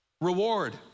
Reward